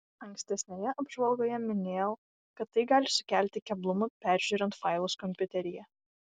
ankstesnėje apžvalgoje minėjau kad tai gali sukelti keblumų peržiūrint failus kompiuteryje